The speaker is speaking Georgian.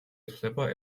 ითვლება